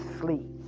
sleep